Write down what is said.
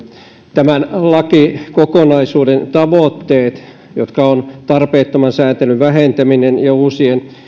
tämän lakikokonaisuuden tavoitteet jotka ovat tarpeettoman sääntelyn vähentäminen ja uusien